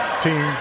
Team